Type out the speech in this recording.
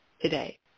today